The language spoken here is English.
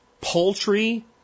poultry